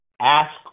ask